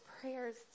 prayers